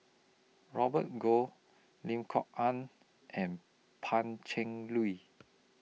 Robert Goh Lim Kok Ann and Pan Cheng Lui